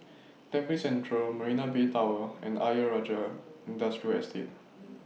Tampines Central Marina Bay Tower and Ayer Rajah Industrial Estate